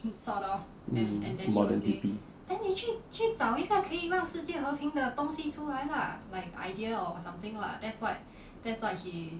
mm modern hippie